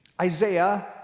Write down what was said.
Isaiah